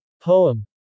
Poem